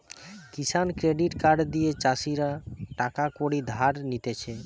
কিষান credit card দিয়ে চাষীরা টাকা কড়ি ধার নিতেছে